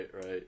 right